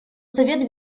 совет